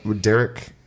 Derek